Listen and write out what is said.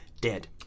dead